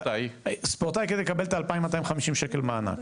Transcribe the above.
ספורטאי, כדי לקבל את ה-2250 שקל מענק.